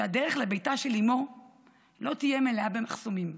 שהדרך לביתה של אימו לא תהיה מלאה במחסומים.